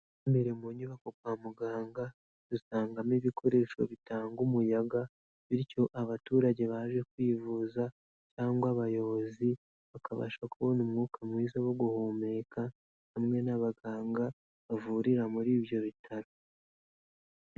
Imbere mu nyubako kwa muganga, dusangamo ibikoresho bitanga umuyaga bityo abaturage baje kwivuza cyangwa abayobozi bakabasha kubona umwuka mwiza wo guhumeka hamwe n'abaganga bavurira muri ibyo bitaro.